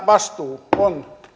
vastuu kansantaloudesta